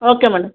okay madam